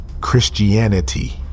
Christianity